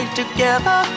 together